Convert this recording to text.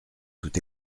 tout